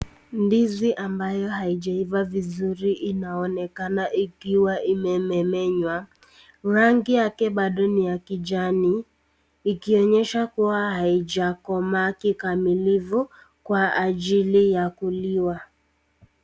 Ndizi ambayo haijaiva vizuri inaonekana ikiwa imemenywa, rangi yake bado ni ya kijani ikionyesha kuwa haijakomaa kikamilifu kwa ajili ya kuliwa .